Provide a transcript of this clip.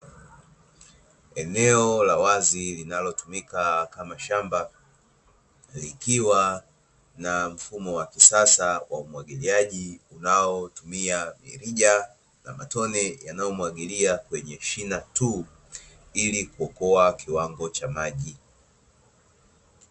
Eneo la wazi linalotumika kama shamba likiwa na mfumo wa kisasa wa umwagiliaji unaotumia mirija na matone yanayomwagilia kwenye shina tu ili kuokoa kiwango cha maji.